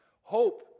Hope